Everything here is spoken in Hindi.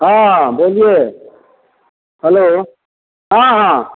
हाँ बोलिए हलो हाँ हाँ